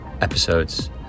episodes